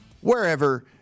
wherever